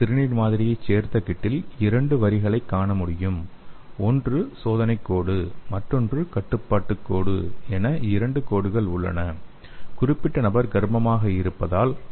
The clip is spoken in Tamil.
நான் சிறுநீர் மாதிரியைச் சேர்த்த கிட்டில் இரண்டு வரிகளைக் காண முடியும் ஒன்று சோதனைக் கோடு மற்றொன்று கட்டுப்பாட்டு கோடு என இரண்டு கோடுகள் உள்ளன குறிப்பிட்ட நபர் கர்ப்பமாக இருப்பதால்